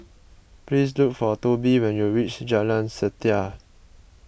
please look for Tobie when you reach Jalan Setia